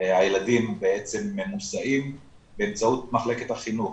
הילדים בעצם מוסעים באמצעות מחלקת החינוך,